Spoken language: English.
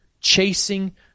Chasing